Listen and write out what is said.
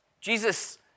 Jesus